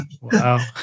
Wow